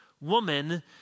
Woman